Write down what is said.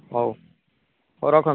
ହଉ ହଉ ରଖନ୍ତୁ